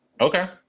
Okay